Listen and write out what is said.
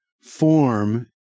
form